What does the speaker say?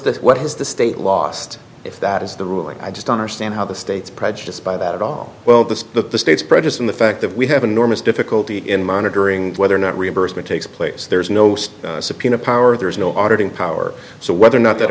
that what has the state lost if that is the ruling i just understand how the states prejudiced by that at all well the that the states prejudice in the fact that we have an enormous difficulty in monitoring whether or not reimbursement takes place there's no most subpoena power there's no auditing power so whether or not that